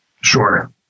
Sure